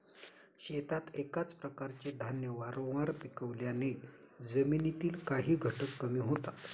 शेतात एकाच प्रकारचे धान्य वारंवार पिकवल्याने जमिनीतील काही घटक कमी होतात